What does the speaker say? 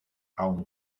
aun